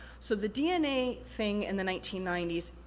so, the dna thing in the nineteen ninety s,